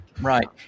Right